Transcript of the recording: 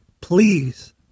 please